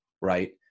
right